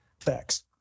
Facts